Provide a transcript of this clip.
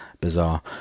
bizarre